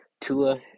Tua